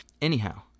Anyhow